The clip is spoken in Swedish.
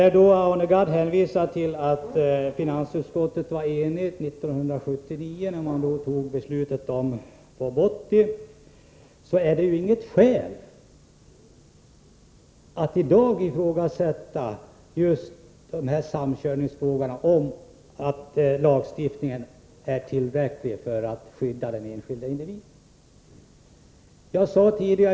Arne Gadd hänvisar till att finansutskottet var enigt 1979 inför riksdagsbeslutet om FoB 80. Men det är inget skäl för att man i dag inte skall kunna ifrågasätta om lagstiftningen beträffande samkörning är tillräcklig för att skydda den enskilde individen.